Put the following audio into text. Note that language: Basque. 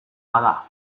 bada